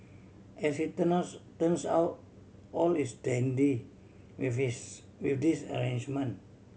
as it turns out all is dandy with this with this arrangement